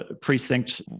precinct